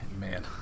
Man